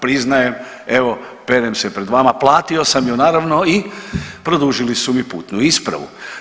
Priznajem, evo perem se pred vama, platio sam je naravno i produžili su mi putnu ispravu.